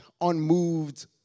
unmoved